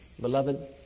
Beloved